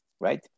right